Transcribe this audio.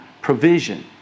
provision